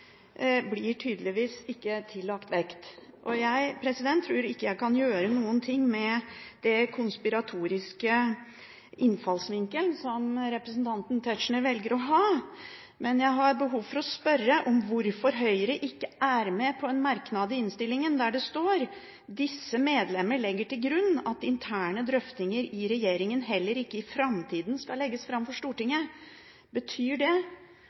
blir tillagt vekt. Jeg tror ikke jeg kan gjøre noen ting med den konspiratoriske innfallsvinkelen som representanten Tetzschner velger å ha. Men jeg har behov for å spørre om hvorfor Høyre ikke er med på en merknad i innstillingen, der det står: «Disse medlemmer legger til grunn at interne drøftinger i regjeringen heller ikke i fremtiden skal legges frem for Stortinget.» Betyr det